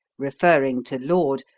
referring to laud,